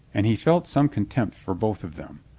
and he felt some contempt for both of them.